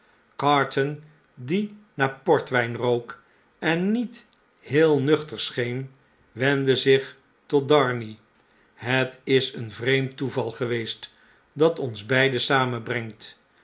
carton die naar portwijn rook en niet heel nuchter scheen wendde zich tot darnay het is een vreemd toeval geweest dat ons beiden samenbrengt